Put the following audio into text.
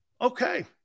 Okay